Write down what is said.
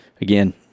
Again